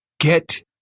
Get